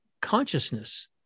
consciousness